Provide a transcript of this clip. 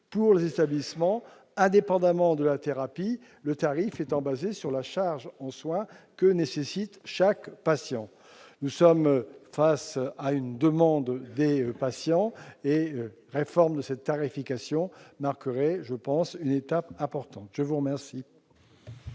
pour les établissements, indépendamment de la thérapie, le tarif étant basé sur la charge en soi dont a besoin chaque patient. Nous sommes face à une demande des patients. La réforme de cette tarification marquerait une étape importante. Quel